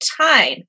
time